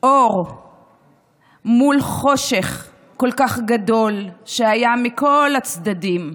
אור מול חושך כל כך גדול שהיה מכל הצדדים.